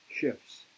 shifts